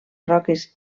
roques